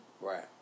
Right